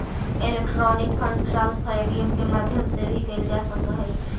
electronic fund transfer ATM के माध्यम से भी कैल जा सकऽ हइ